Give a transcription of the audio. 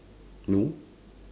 no